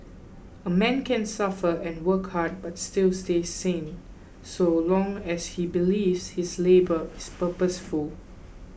a man can suffer and work hard but still stay sane so long as he believes his labour is purposeful